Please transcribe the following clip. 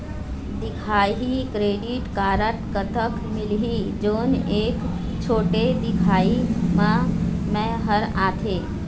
दिखाही credit card कतक मिलही जोन एक छोटे दिखाही म मैं हर आथे?